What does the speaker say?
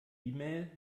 mail